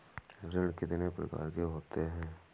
ऋण कितनी प्रकार के होते हैं?